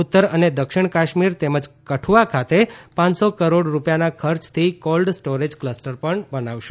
ઉત્તર અને દક્ષિણ કાશ્મીર તેમજ કઠુઆ ખાતે પાંચ સો કરોડ રૂપિયાના ખર્ચથી કોલ્ડ સ્ટોરેજ કલસ્ટર પણ બનાવશે